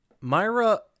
Myra